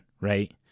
Right